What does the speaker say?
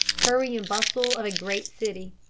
hurry and bustle of a great city.